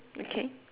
okay